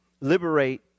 Liberate